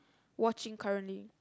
watching currently